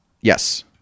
Yes